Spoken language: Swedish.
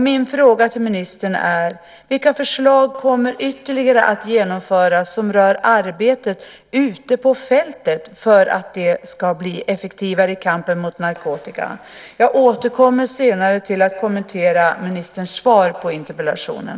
Min fråga till ministern är: Vilka ytterligare förslag kommer att genomföras som rör arbetet ute på fältet, för att det ska bli effektivare i kampen mot narkotika? Jag återkommer senare till att kommentera ministerns svar på interpellationen.